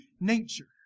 nature